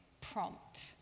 prompt